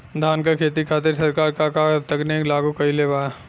धान क खेती खातिर सरकार का का तकनीक लागू कईले बा?